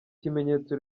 kimenyetso